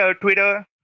Twitter